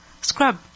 scrub